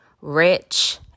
Rich